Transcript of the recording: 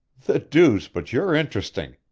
the deuce, but you're interesting,